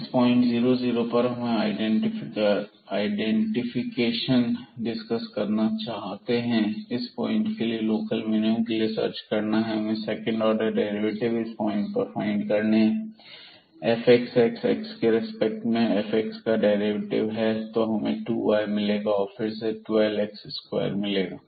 इस पॉइंट 0 0 पर अब हमें आइडेंटिफिकेशन डिस्कस करना है या इस पॉइंट के लोकल मिनिमम के लिए सर्च करना है अब हमें सेकंड डेरिवेटिव इस पॉइंट पर फाइंड करेंगे fxx00 x के रेस्पेक्ट में fx का डेरिवेटिव है तो हमें 2 y मिलेगा और फिर हमें 12 x2 मिलेगा